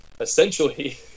essentially